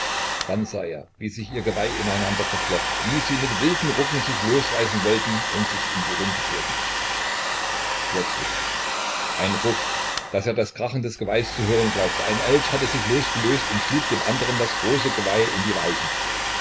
dann sah er wie sich ihr geweih ineinander verflocht wie sie mit wilden rucken sich losreißen wollten und sich in die runde führten plötzlich ein ruck daß er das krachen des geweihs zu hören glaubte ein elch hat sich losgelöst und schlug dem andern das große geweih in die weichen